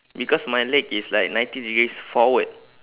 because my leg is like ninety degrees forward